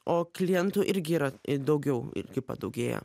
o klientų irgi yra daugiau irgi padaugėjo